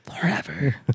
Forever